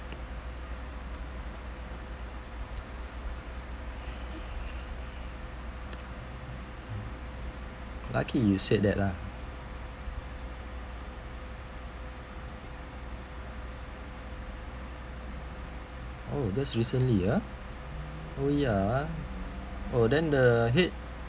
lucky you said that lah oh that's recently ya oh ya oh then the head